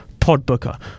PodBooker